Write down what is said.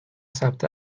ثبت